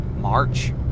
March